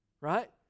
right